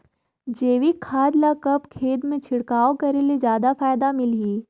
जैविक खाद ल कब खेत मे छिड़काव करे ले जादा फायदा मिलही?